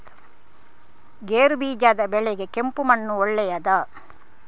ಗೇರುಬೀಜದ ಬೆಳೆಗೆ ಕೆಂಪು ಮಣ್ಣು ಒಳ್ಳೆಯದಾ?